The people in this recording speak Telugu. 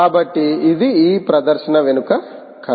కాబట్టి ఇది ఈ ప్రదర్శన వెనుక కథ